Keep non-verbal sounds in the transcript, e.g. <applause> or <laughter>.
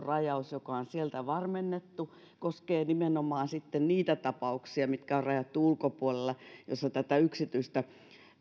<unintelligible> rajaus joka on sieltä varmennettu koskee nimenomaan niitä tapauksia mitkä on rajattu ulkopuolelle missä tätä yksityistä